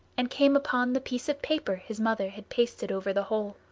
and came upon the piece of paper his mother had pasted over the hole.